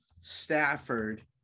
Stafford